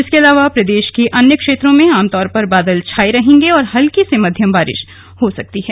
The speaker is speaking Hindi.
इसके अलावा प्रदेश के अन्य क्षेत्रों में आमतौर पर बादल छाये रहेंगे और हल्की से मध्यम बारिश हो सकती है